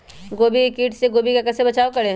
गोभी के किट से गोभी का कैसे बचाव करें?